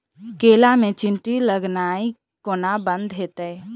केला मे चींटी लगनाइ कोना बंद हेतइ?